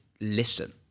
listen